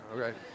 okay